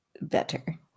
better